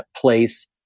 place